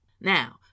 Now